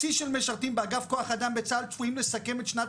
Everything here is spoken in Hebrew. שיא של משרתים באגף כוח אדם בצה"ל צפויים לסכם את שנת